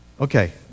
Okay